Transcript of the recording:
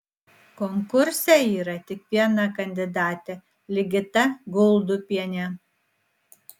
konkurse yra tik viena kandidatė ligita guldupienė